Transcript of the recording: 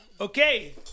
Okay